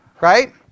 right